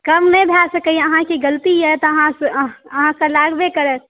कम नहि भय सकैया अहाँके गलती यऽ तऽ अहाँकेॅं लागबे करत